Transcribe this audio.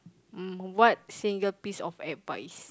mm what single piece of advice